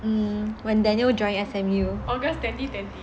um when daniel join S_M_U